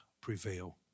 prevail